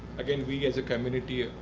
again, we as a community,